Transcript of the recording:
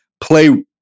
play